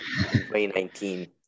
2019